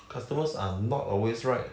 customers are not always right